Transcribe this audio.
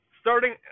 Starting